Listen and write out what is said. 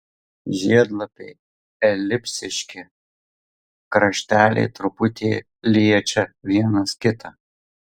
žiedlapiai elipsiški krašteliai truputį liečia vienas kitą